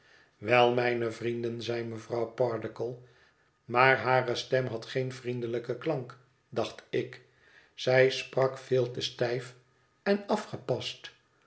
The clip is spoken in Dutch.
wel mijne vrienden zeide mevrouw pardiggle maar hare stem had geen vriendelijken klank dacht ik zij sprak veel te stijf en afgepast